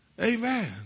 Amen